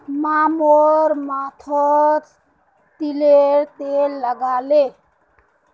माँ मोर माथोत तिलर तेल लगाले